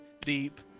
deep